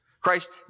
Christ